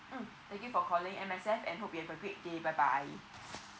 mm thank you for calling M_S_F and hope you have a great day bye bye